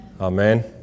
Amen